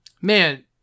Man